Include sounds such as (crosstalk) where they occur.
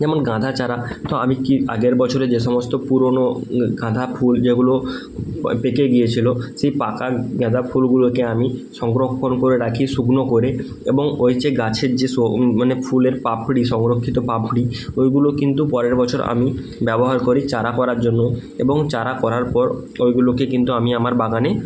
যেমন গাঁদা চারা তো আমি কি আগের বছরে যে সমস্ত পুরনো গাঁদা ফুল যেগুলো পেকে গিয়েছিল সেই পাকা গাঁদা ফুলগুলোকে আমি সংরক্ষণ করে রাখি শুকনো করে এবং ওই যে গাছের যে (unintelligible) মানে ফুলের পাপড়ি সংরক্ষিত পাপড়ি ওইগুলো কিন্তু পরের বছর আমি ব্যবহার করি চারা করার জন্য এবং চারা করার পর ওইগুলোকে কিন্তু আমি আমার বাগানে